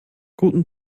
guten